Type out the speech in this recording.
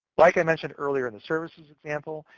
like i mentioned earlier in the services example,